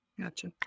Gotcha